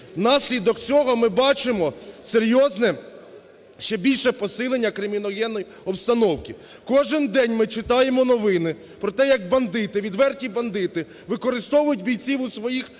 Внаслідок цього ми бачимо серйозне, ще більше посилення криміногенної обстановки. Кожен день ми читаємо новини про те, як бандити, відверті бандити використовують бійців у своїх розборках